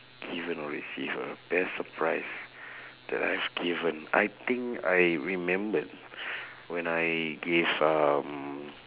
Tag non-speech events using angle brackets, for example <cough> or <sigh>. given or receive a best surprise <breath> that I've given I think I remembered <breath> when I gave um